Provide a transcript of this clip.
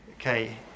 Okay